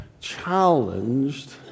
challenged